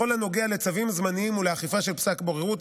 בכל הנוגע לצווים זמנים ולאכיפה של פסק בוררות,